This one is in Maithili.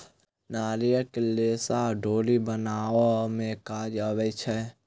नारियलक रेशा डोरी बनाबअ में काज अबै छै